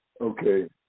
okay